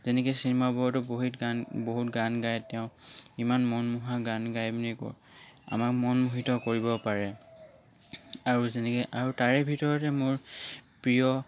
যেনেকৈ চিনেমাবোৰতো বহুত গান বহুত গান গাই তেওঁ ইমান মনোমোহা গান গাই মানে আমাৰ মন মোহিত কৰিব পাৰে আৰু যেনেকৈ আৰু তাৰে ভিতৰতে মোৰ প্ৰিয়